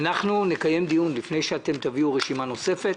אנחנו נקיים דיון על העניין הזה לפני שאתם תביאו רשימה נוספת,